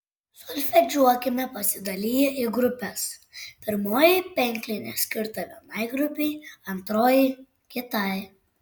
solfedžiuokime pasidaliję į grupes pirmoji penklinė skirta vienai grupei antroji kitai